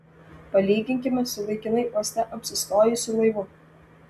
palyginkime su laikinai uoste apsistojusiu laivu